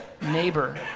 neighbor